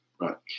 Right